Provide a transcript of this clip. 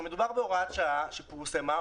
מדובר בהוראת שעה שפורסמה,